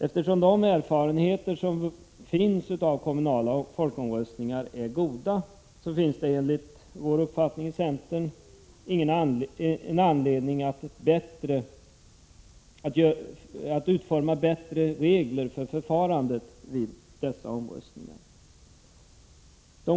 Eftersom de erfarenheter som finns av kommunala folkomröstningar är goda, finns det enligt centerns uppfattning anledning att utforma bättre regler för förfarande vid sådana omröstningar.